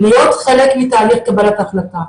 להיות חלק מתהליך קבלת ההחלטות.